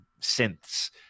synths